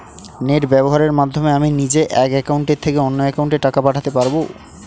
Net ব্যবহারের মাধ্যমে আমি নিজে এক অ্যাকাউন্টের থেকে অন্য অ্যাকাউন্টে টাকা পাঠাতে পারব?